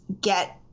get